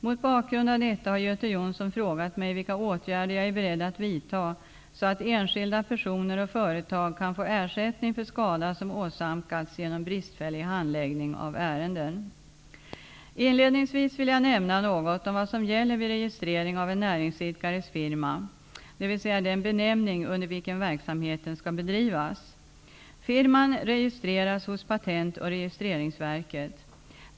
Mot bakgrund av detta har Göte Jonsson frågat mig vilka åtgärder jag är beredd att vidta så att enskilda personer och företag kan få ersättning för skada som åsamkats genom bristfällig handläggning av ärenden. Inledningsvis vill jag nämna något om vad som gäller vid registrering av en näringsidkares firma, dvs. den benämning under vilken verksamheten skall bedrivas. Firman registreras hos Patent och registreringsverket.